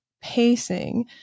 pacing